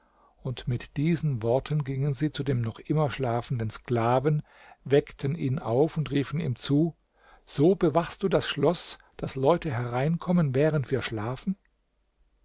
und mit diesen worten gingen sie zu dem noch immer schlafenden sklaven weckten ihn auf und riefen ihm zu so bewachst du das schloß daß leute hereinkommen während wir schlafen